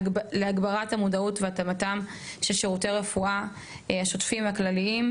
להגברת המודעות ולהתאמה של שירותי הרפואה השוטפים והכלליים,